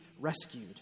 rescued